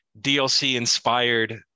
DLC-inspired